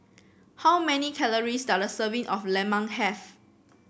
how many calories does a serving of lemang have